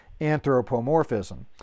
anthropomorphism